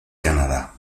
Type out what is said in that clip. canadá